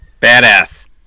Badass